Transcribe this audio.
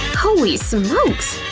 holy smokes!